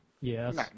Yes